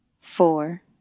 Four